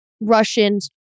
Russians